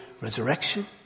resurrection